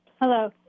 Hello